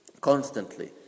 constantly